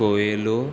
गोयेलो